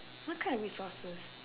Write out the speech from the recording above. what kind of resources